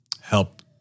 help